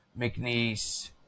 McNeese